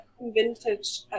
vintage